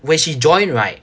when she joined right